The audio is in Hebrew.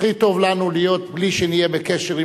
הכי טוב לנו להיות בלי שנהיה בקשר עם